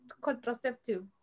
contraceptive